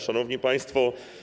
Szanowni Państwo!